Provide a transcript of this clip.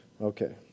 Okay